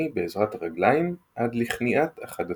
בעזרת הרגליים עד לכניעת אחד הצדדים.